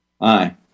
Aye